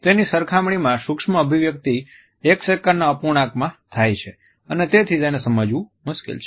તેની સરખામણીમાં સુક્ષ્મ અભિવ્યક્તિ એક સેકંડના અપૂર્ણાંકમાં થાય છે અને તેથી તેને સમજવું મુશ્કેલ છે